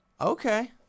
Okay